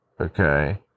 okay